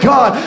God